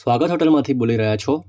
સ્વાગત હોટલમાંથી બોલી રહ્યા છો